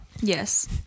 Yes